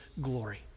glory